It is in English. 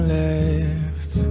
left